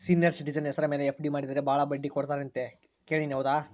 Senior citizen ಹೆಸರ ಮೇಲೆ FD ಮಾಡಿದರೆ ಬಹಳ ಬಡ್ಡಿ ಕೊಡ್ತಾರೆ ಅಂತಾ ಕೇಳಿನಿ ಹೌದಾ?